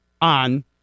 on